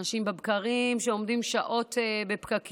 אנשים עומדים בבקרים שעות בפקקים,